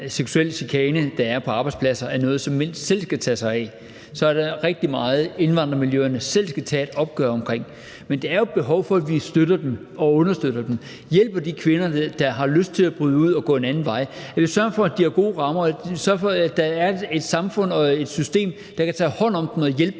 seksuelle chikane, der er på arbejdspladser, er noget, som mænd selv skal tage sig af, er der rigtig meget, indvandrermiljøerne selv skal tage et opgør med. Men der er jo et behov for, at vi støtter dem og understøtter dem, at vi hjælper de kvinder, der har lyst til at bryde ud og gå en anden vej, og at vi sørger for, at de har gode rammer, og sørger for, at der er et samfund og et system, der kan tage hånd om dem og hjælpe